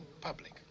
Public